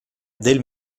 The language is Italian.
del